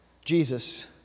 Jesus